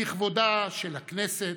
לכבודה של הכנסת,